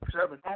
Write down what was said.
seven